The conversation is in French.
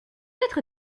être